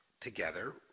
together